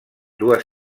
dues